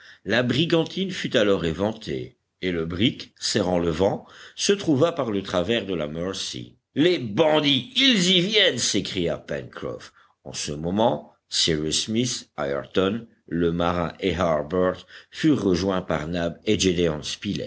la brigantine fut alors éventée et le brick serrant le vent se trouva par le travers de la mercy les bandits ils y viennent s'écria pencroff en ce moment cyrus smith ayrton le marin et harbert furent rejoints par nab et